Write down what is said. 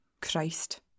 Christ